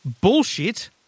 bullshit